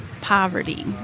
poverty